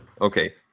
Okay